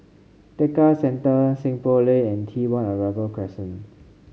Tekka Centre Seng Poh Lane and T One Arrival Crescent